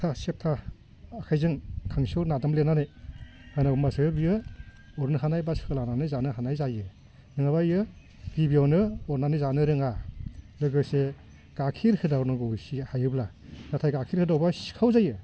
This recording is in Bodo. सेबथा सेबथा आखायजों खांसियाव नादामब्लेनानै होनांगौ होनबासो बियो अरनो हानाय बा सोलानानै जानो हानाय जायो नङाबा एयो गिबियावनो अरनानै जानो रोङा लोगोसे गाखिर होदावनांगौ एसे हायोब्ला नाथाय गायखेर होदावब्ला सिखाव जायो